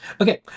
Okay